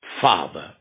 father